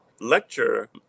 lecture